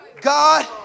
God